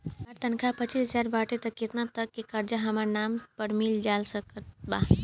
हमार तनख़ाह पच्चिस हज़ार बाटे त केतना तक के कर्जा हमरा नाम पर मिल सकत बा?